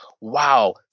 wow